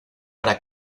para